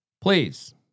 Please